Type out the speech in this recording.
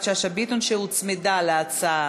הוועדה שתמשיך לדון בהצעת החוק הנ"ל.